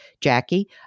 Jackie